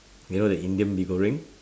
you know the indian mee goreng